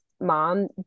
mom